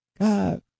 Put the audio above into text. God